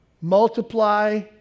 multiply